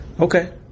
okay